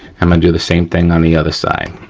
i'm gonna do the same thing on the other side.